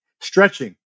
Stretching